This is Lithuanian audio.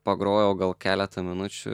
pagrojau gal keletą minučių